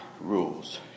rules